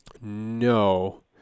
No